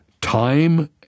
time